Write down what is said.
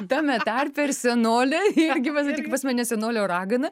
tame tarpe ir senolė irgi vat tik pas man ne senolė o ragana